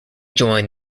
join